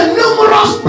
numerous